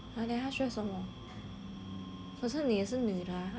可是你也是女的 unless 它 lesbian ah